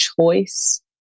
choice